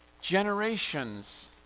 generations